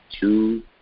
two